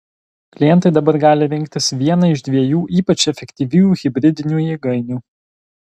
klientai dabar gali rinktis vieną iš dviejų ypač efektyvių hibridinių jėgainių